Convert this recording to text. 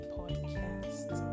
podcast